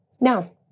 now